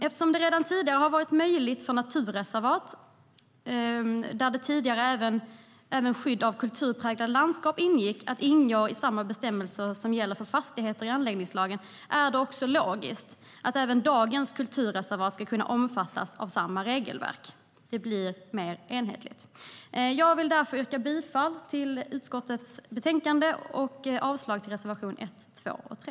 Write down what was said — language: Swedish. Eftersom det redan tidigare har varit möjligt för naturreservat, där tidigare även skydd av kulturpräglade landskap ingick, att ingå i samma bestämmelser som gäller för fastigheter i anläggningslagen är det logiskt att även dagens kulturreservat ska kunna omfattas av samma regelverk. Det blir mer enhetligt. Jag yrkar därför bifall till utskottets förslag i betänkandet och avslag på reservationerna 1, 2 och 3.